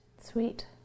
Sweet